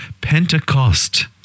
Pentecost